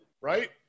Right